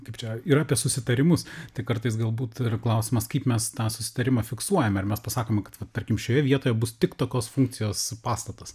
kaip čia ir apie susitarimus tai kartais galbūt ir klausimas kaip mes tą susitarimą fiksuojam ar mes pasakoma kad va tarkim šioje vietoje bus tik tokios funkcijos pastatas